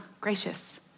gracious